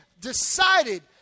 decided